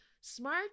Smart